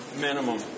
minimum